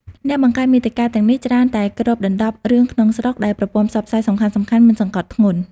អ្នកបង្កើតមាតិកាទាំងនេះច្រើនតែគ្របដណ្តប់រឿងក្នុងស្រុកដែលប្រព័ន្ធផ្សព្វផ្សាយសំខាន់ៗមិនសង្កត់ធ្ងន់។